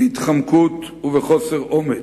בהתחמקות ובחוסר אומץ.